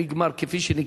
נגמר כפי שנגמר.